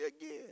again